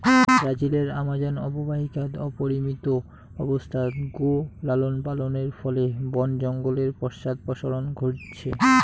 ব্রাজিলর আমাজন অববাহিকাত অপরিমিত অবস্থাত গো লালনপালনের ফলে বন জঙ্গলের পশ্চাদপসরণ ঘইটছে